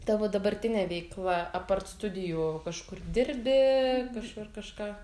tavo dabartinė veikla apart studijų kažkur dirbi kažkur kažką